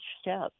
step